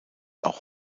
auch